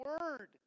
word